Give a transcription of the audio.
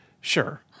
Sure